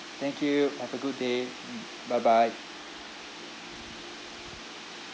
thank you have a good day mm bye bye